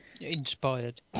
Inspired